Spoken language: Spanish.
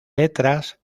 letras